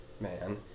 man